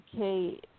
okay